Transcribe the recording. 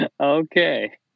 Okay